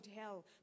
hell